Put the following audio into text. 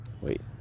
wait